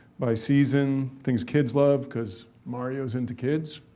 by season, things kids love cause mario's into kids.